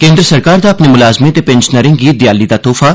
केंद्र सरकार दा अपने मलाजमें ते पेंशनरें गी देआली दा तोहफा